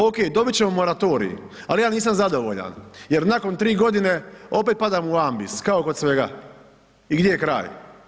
Okej, dobit ćemo moratorij, ali ja nisam zadovoljan jer nakon 3 godine opet padamo u ambis, kao kod svega, i gdje je kraj?